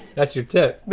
that's your tip. but